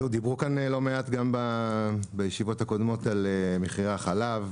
דיברו כאן לא מעט גם בישיבות הקודמות על מחירי החלב.